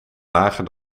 lager